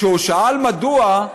כשהוא שאל מדוע,